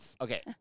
Okay